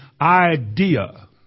idea